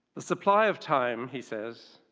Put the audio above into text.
the supply of time, he says,